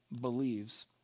believes